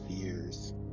fears